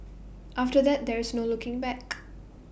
after that there's no looking back